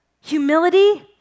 humility